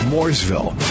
Mooresville